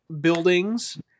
buildings